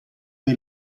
dei